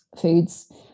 foods